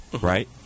right